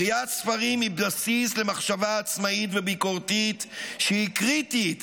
קריאת ספרים היא בסיס למחשבה עצמאית וביקורתית שהיא קריטית